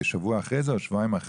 שבוע אחרי כן או שבועיים,